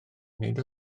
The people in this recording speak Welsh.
nid